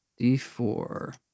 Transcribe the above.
D4